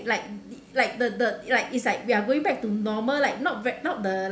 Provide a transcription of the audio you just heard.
like the like the the like it's like we are going back to normal like not vet~ not the